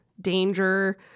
danger